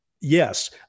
yes